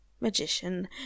magician